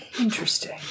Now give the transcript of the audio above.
Interesting